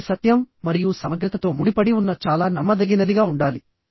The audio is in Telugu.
ఇది సత్యం మరియు సమగ్రతతో ముడిపడి ఉన్న చాలా నమ్మదగినదిగా ఉండాలి